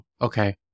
okay